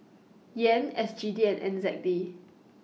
Yen S G D and N Z D